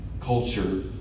culture